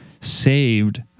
saved